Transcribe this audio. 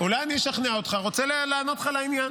אולי אני אשכנע אותך, אני רוצה לענות לך לעניין.